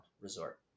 Resort